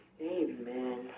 Amen